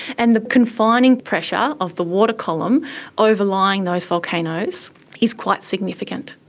and the confining pressure of the water column overlying those volcanoes is quite significant.